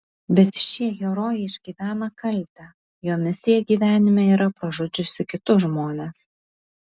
bet šie herojai išgyvena kaltę jo misija gyvenime yra pražudžiusi kitus žmones